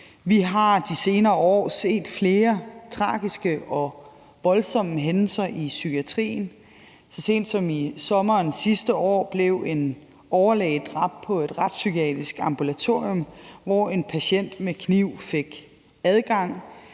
Vi har de senere år set flere tragiske og voldsomme hændelser i psykiatrien. Så sent som i sommer sidste år blev en overlæge dræbt på et retspsykiatrisk ambulatorium, hvor en patient med kniv fik adgang.